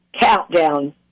countdown